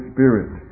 Spirit